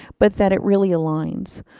but that it really aligns?